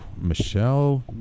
michelle